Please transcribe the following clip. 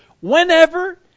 whenever